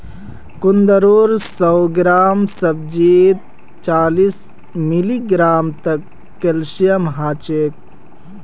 कुंदरूर सौ ग्राम सब्जीत चालीस मिलीग्राम तक कैल्शियम ह छेक